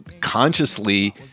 consciously